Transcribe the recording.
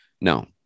No